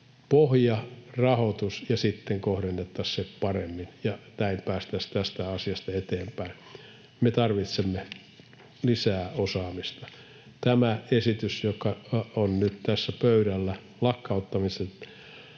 pohjarahoitus ja sitten kohdennettaisiin se paremmin, ja näin päästäisiin tästä asiasta eteenpäin. Me tarvitsemme lisää osaamista. Minusta tämä esitys, joka on nyt tässä pöydällä lakkauttamisen